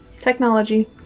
Technology